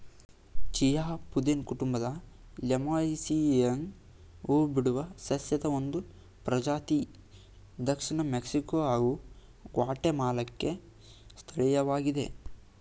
chia ಪುದೀನ ಕುಟುಂಬದ ಲೇಮಿಯೇಸಿಯಿಯನ ಹೂಬಿಡುವ ಸಸ್ಯದ ಒಂದು ಪ್ರಜಾತಿ ದಕ್ಷಿಣ ಮೆಕ್ಸಿಕೊ ಹಾಗೂ ಗ್ವಾಟೆಮಾಲಾಕ್ಕೆ ಸ್ಥಳೀಯವಾಗಿದೆ